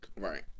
Right